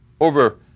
over